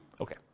Okay